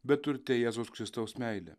beturte jėzaus kristaus meile